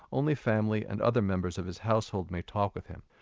only family and other members of his household may talk with him.